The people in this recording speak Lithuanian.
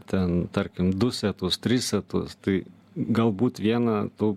ten tarkim du setus tris setus tai galbūt vieną tu